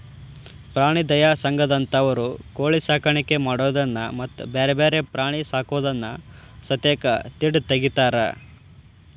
ಪ್ರಾಣಿ ದಯಾ ಸಂಘದಂತವರು ಕೋಳಿ ಸಾಕಾಣಿಕೆ ಮಾಡೋದನ್ನ ಮತ್ತ್ ಬ್ಯಾರೆ ಬ್ಯಾರೆ ಪ್ರಾಣಿ ಸಾಕೋದನ್ನ ಸತೇಕ ತಿಡ್ಡ ತಗಿತಾರ